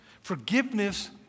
Forgiveness